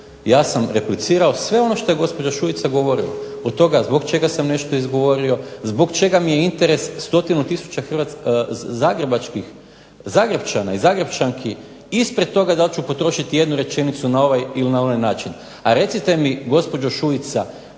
Ja sam replicirao sve ono što je gospođa Šuica govorila, od toga zbog čega sam nešto izgovorio, zbog čega mi je interes 100 tisuća zagrepčana i zagrepčanki ispred toga da li ću potrošiti jednu rečenicu na ovaj ili onaj način. A recite mi gospođo Šuica